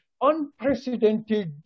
unprecedented